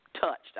touched